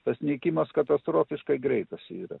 tas nykimas katastrofiškai greitas yra